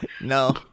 No